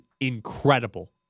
incredible